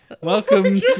Welcome